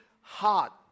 heart